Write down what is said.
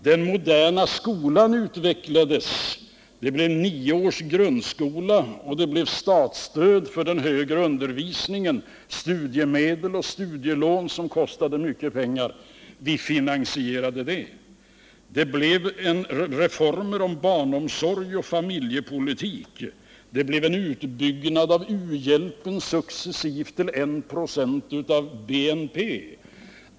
Den moderna skolan utvecklades. Det blev en nioårig grundskola och statsstöd till den högre undervisningen samt studiemedel och studielån som kostade mycket pengar. Vi finansierade detta. Vi genomförde reformer beträffande barnomsorgen och familjepolitiken. U-hjälpen utbyggdes successivt till 190 av BNP.